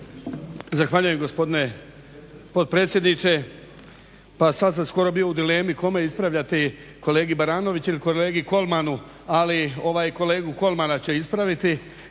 Zahvaljuje gospodine potpredsjedniče. Pa sad sam skoro bio u dilemi kome ispravljati, kolegi Baranoviću ili kolegi Kolmanu, ali ovaj, kolegu Kolmana će ispravit.